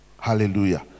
Hallelujah